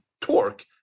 torque